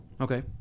Okay